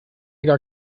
gar